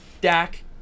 Dak